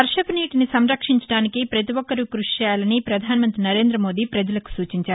వర్పపు నీటిని సంరక్షించడానికి ప్రతి ఒక్కరూ క్పషి చేయాలని ప్రధాన మంత్రి నరేంద్ర మోదీ ప్రపజలకు సూచించారు